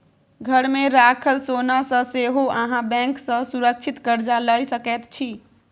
घरमे राखल सोनासँ सेहो अहाँ बैंक सँ सुरक्षित कर्जा लए सकैत छी